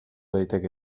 daiteke